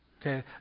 Okay